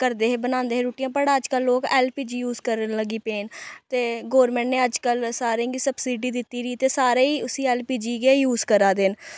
करदे हे बनांदे हे रुट्टियां बट अजकल्ल लोक ऐल्ल पी जी यूज करन लगी पे न ते गोरमैंट ने अजकल्ल सारें गी सबसिडी दित्ती दी ते सारे गै उस्सी ऐल्ल पी जी गी यूज करा दे न